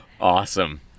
awesome